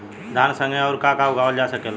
धान के संगे आऊर का का उगावल जा सकेला?